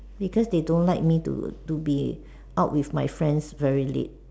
because they don't like me to to be out with my friends very late